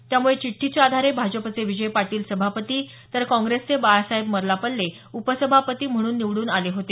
त्यामुळे चिठ्ठीच्या आधारे भाजपचे विजय पाटील सभापती तर काँग्रेसचे बाळासाहेब मार्लापल्ले उपसभापती म्हणून निवडून आले होते